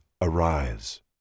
arise